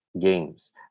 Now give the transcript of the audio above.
games